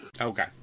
Okay